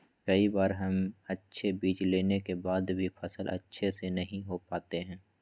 कई बार हम अच्छे बीज लेने के बाद भी फसल अच्छे से नहीं हो पाते हैं?